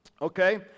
Okay